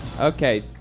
Okay